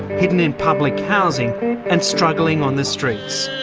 hidden in public housing and struggling on the streets.